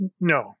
No